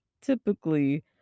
typically